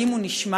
האם הוא נשמר?